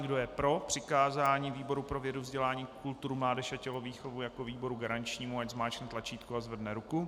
Kdo je pro přikázání výboru pro vědu, vzdělání, kulturu, mládež a tělovýchovu jako výboru garančnímu, ať zmáčkne tlačítko a zvedne ruku.